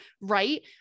Right